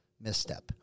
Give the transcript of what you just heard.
misstep